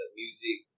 music